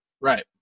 Right